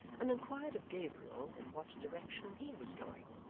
and inquired of gabriel in what direction he was going.